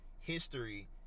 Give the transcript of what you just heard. history